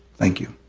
thank you.